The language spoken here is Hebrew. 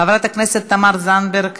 חברת הכנסת תמר זנדברג,